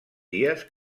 dies